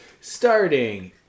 Starting